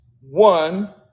one